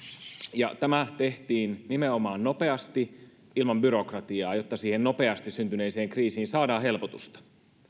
ja tämä tehtiin nimenomaan nopeasti ilman byrokratiaa jotta siihen nopeasti syntyneeseen kriisiin saadaan helpotusta